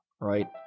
right